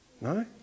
No